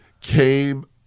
came